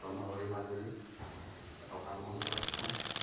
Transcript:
সত্ৰ নগৰী মাজুলী এটকা মহন্তৰ স্থান